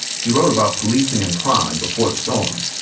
he wrote about policing and crime before the storm.